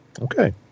Okay